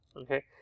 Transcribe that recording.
Okay